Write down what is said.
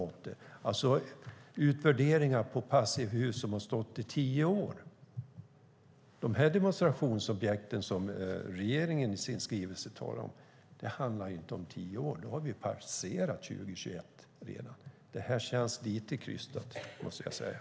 Det är alltså utvärderingar av passivhus som har stått i tio år. När det gäller de demonstrationsobjekt som regeringen talar om i sin skrivelse handlar det inte om tio år. Då har vi passerat 2021. Det här känns lite krystat, måste jag säga.